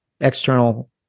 external